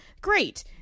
great